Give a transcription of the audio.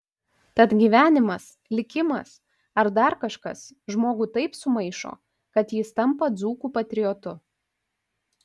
tad gyvenimas likimas ar dar kažkas žmogų taip sumaišo kad jis tampa dzūkų patriotu